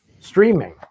streaming